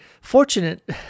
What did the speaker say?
fortunate